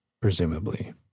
Presumably